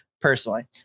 personally